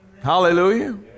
Hallelujah